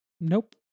Nope